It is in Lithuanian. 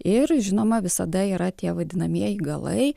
ir žinoma visada yra tie vadinamieji galai